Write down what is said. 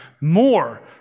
more